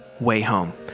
WAYHOME